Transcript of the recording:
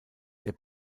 der